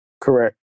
Correct